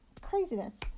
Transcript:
Craziness